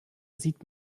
sieht